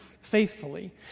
faithfully